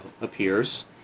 appears